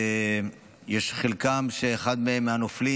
אחד מהנופלים,